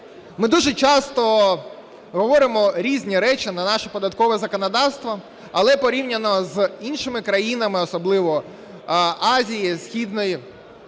Ми дуже часто говоримо різні речі на наше податкове законодавство, але порівняно з іншими країнами, особливо Азії Східної, інших